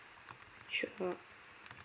sure